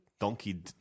Donkey